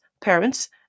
parents